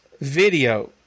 video